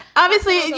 obviously.